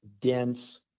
dense